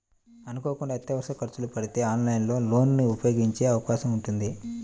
అనుకోకుండా అత్యవసర ఖర్చులు పడితే ఆన్లైన్ లోన్ ని ఉపయోగించే అవకాశం ఉంటుంది